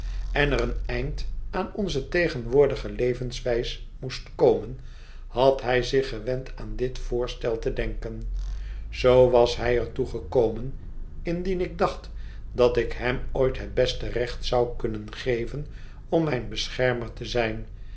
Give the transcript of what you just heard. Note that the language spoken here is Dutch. en er een eind aan onze tegenwoordige levenswijs moest komen had hij zich gewend aan dit voorstel te denken zoo was hij er toe gekomen indien ik dacht dat ik hem ooit het beste recht zou kunnen geven om mijn beschermer te zijn